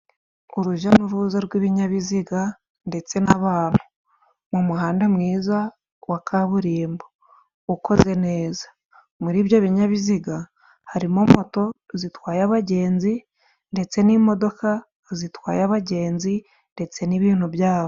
Ku uruja n'uruza rw'ibinyabiziga ndetse n'abantu, mu muhanda mwiza wa kaburimbo ukozwe neza, muri ibyo binyabiziga harimo moto zitwaye abagenzi ndetse n'imodoka zitwaye abagenzi, ndetse n'ibintu byabo.